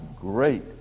great